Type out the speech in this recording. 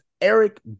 Eric